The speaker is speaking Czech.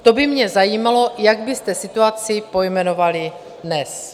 To by mě zajímalo, jak byste situaci pojmenovali dnes.